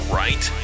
right